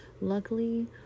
Luckily